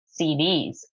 CDs